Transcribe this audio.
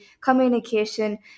communication